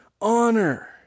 honor